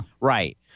Right